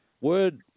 word